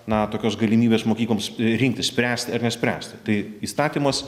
na tokios galimybės mokykloms rinktis spręsti ar nespręsti tai įstatymas